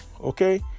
Okay